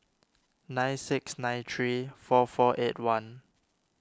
nine six nine three four four eight one